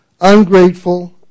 ungrateful